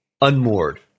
unmoored